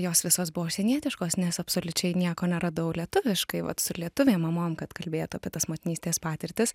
jos visos buvo užsienietiškos nes absoliučiai nieko neradau lietuviškai vat su lietuvėm mamom kad kalbėtų apie tas motinystės patirtis